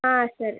ಹಾಂ ಸರಿ